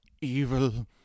evil